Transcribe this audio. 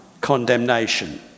condemnation